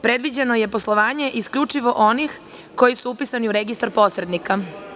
Predviđeno je poslovanje isključivo onih koji su upisani u registar posrednika.